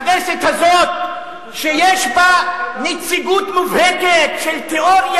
הכנסת הזאת יש בה נציגות מובהקת של תיאוריה